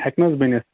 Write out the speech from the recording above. ہیٚکہِ نہَ حظ بٔنِتھ